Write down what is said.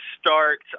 start